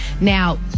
Now